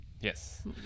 Yes